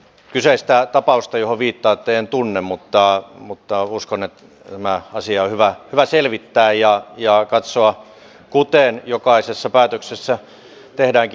kyseistä tapausta johon viittaatte en tunne mutta uskon että tämä asia on hyvä selvittää ja katsoa kuten jokaisessa päätöksessä tehdäänkin